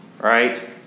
right